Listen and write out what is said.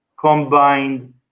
combined